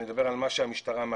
אני מדבר על מה שהמשטרה מאפשרת.